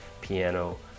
piano